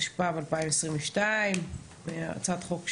התשפ"ב 2022, הצעת חוק שלי,